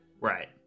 Right